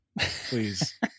please